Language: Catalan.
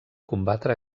combatre